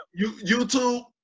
YouTube